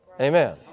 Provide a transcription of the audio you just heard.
Amen